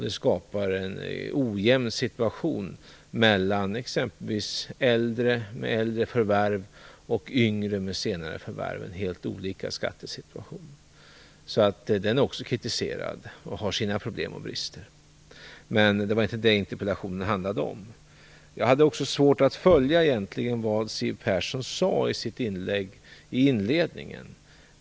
Det skapar en ojämn situation mellan t.ex. äldre med äldre förvärv och yngre med senare förvärv och en helt olika skattesituation. Den är också kritiserad och har sina problem och brister. Men det var inte detta interpellationen handlade om. Jag hade egentligen svårt att följa vad Siw Persson sade i inledningen av sitt inlägg.